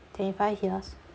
twenty five years